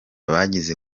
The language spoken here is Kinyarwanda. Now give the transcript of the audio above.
bagiye